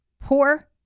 poor